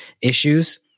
issues